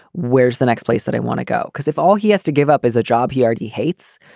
where's the next place that i want to go? because if all he has to give up is a job he ardy hates.